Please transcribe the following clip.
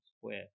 Square